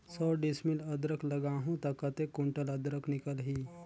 सौ डिसमिल अदरक लगाहूं ता कतेक कुंटल अदरक निकल ही?